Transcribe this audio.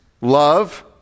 love